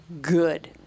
good